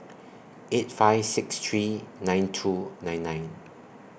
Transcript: eight five six three nine two nine nine